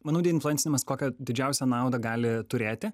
manau deinfluencinimas kokią didžiausią naudą gali turėti